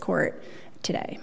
court today